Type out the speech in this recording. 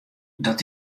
dat